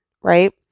right